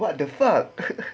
what the fuck